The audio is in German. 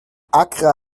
accra